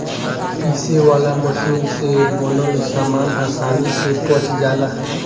पीसे वाला मशीन से बनल सामान आसानी से पच जाला